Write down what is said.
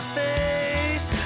face